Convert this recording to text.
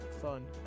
fun